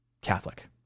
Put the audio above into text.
Catholic